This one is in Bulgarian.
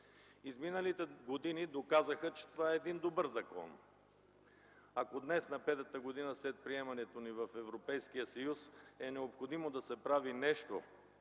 Изминалите години доказаха, че това е един добър закон. Ако днес – на петата година от приемането ни в Европейския съюз, е необходимо да се прави нещо